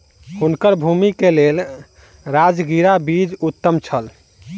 हुनकर भूमि के लेल राजगिरा बीज उत्तम छल